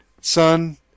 son